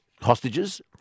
hostages